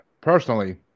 personally